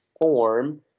form